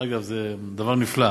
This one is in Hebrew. אגב, זה דבר נפלא,